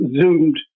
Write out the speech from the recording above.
zoomed